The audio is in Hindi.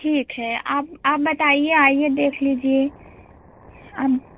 ठीक है अब आप बताइए आइए देख लीजिए